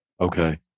Okay